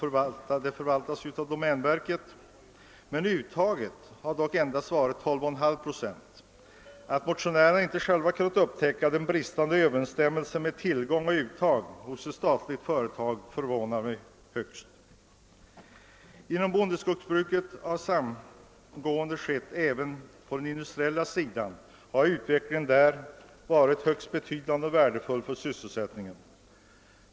Uttaget har emellertid upgått till endast 12,5 procent. Att motionärerna själva inte har kunnat upptäcka denna bristande överensstämmelse mellan tillgång och uttag hos ett statligt företag förvånar mig mycket. Inom bondeskogsbruket har samgående etablerats även på den industriella sidan. Utvecklingen där har varit mycket värdefull för sysselsättningen.